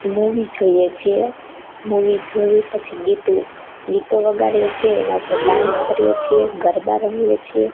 movie જોઈએ છીએ movie જોઈ પછી ગીતો ગીતો વગાડીએ છીએ એના ઉપર ડાંસ કરીએ છીએ ગરબા રમીએ છીએ